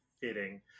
fitting